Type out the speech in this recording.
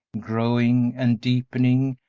growing and deepening,